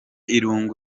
irungu